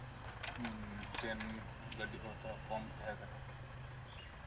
train ᱜᱟᱹᱰᱤ ᱦᱚᱸᱛᱚ ᱠᱚᱢ ᱛᱟᱸᱦᱮ ᱠᱟᱱᱟ